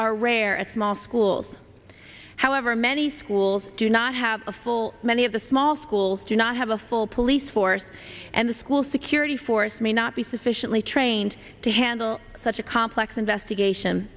are rare at small schools however many schools do not have a full many of the small schools do not have a full police force and the school security force may not be sufficiently trained to handle such a complex investigation